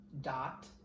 dot